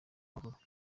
w’amaguru